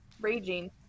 Raging